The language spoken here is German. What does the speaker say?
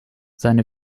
seine